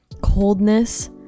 coldness